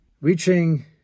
reaching